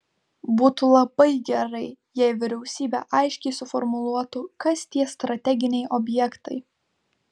būtų labai gerai jei vyriausybė aiškiai suformuluotų kas tie strateginiai objektai